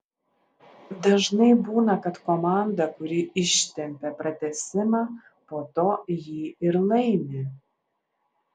dažnai būna kad komanda kuri ištempią pratęsimą po to jį ir laimi